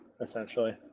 essentially